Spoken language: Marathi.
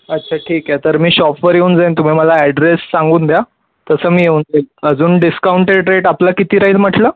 अच्छा ठीक आहे तर मी शॉपवर येऊन जाईन तुम्ही मला ॲड्रेस सांगून द्या तसं मी येऊन जाईन अजून डिस्काउंटेड रेट आपला किती राहील म्हटलं